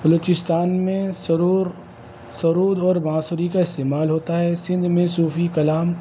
بلوچستان میں سرور سرود اور بانسری کا استعمال ہوتا ہے سندھ میں صوفی کلام